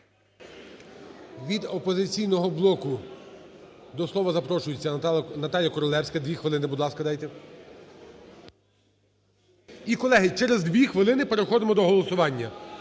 Від "Опозиційного блоку" до слова запрошується Наталія Королевська. 2 хвилини, будь ласка, дайте. І, колеги, через 2 хвилини переходимо до голосування.